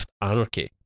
anarchy